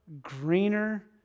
greener